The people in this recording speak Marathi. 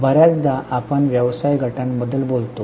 बर्याचदा आपण व्यवसाय गटांबद्दल बोलतो